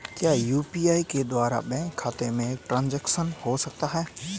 क्या यू.पी.आई के द्वारा बैंक खाते में ट्रैन्ज़ैक्शन हो सकता है?